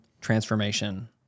transformation